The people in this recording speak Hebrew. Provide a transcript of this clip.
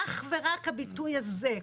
אך ורק הביטוי הזה.